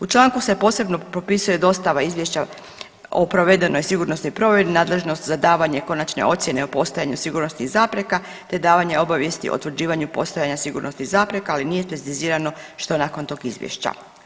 U članku se posebno propisuje dostava izvješća o provedenoj sigurnosnoj provjeri, nadležnost za davanje konačne ocjene o postojanju sigurnosnih zapreka te davanje obavijesti o utvrđivanju postojanja sigurnosnih zapreka ali nije precizirano što nakon tog izvješća.